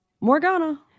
Morgana